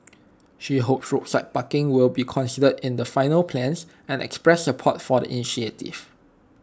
she hopes roadside parking will be considered in the final plans and expressed support for the initiative